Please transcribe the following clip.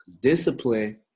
Discipline